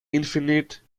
infinite